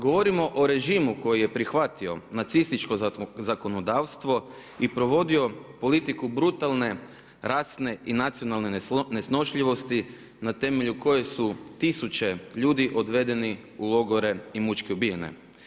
Govorimo o režimu koji je prihvatio nacističko zakonodavstvo i provodio politiku brutalne rasne i nacionalne nesnošljivosti, na temelju koje su tisuće ljudi odvedeni u logore i mučki ubijene.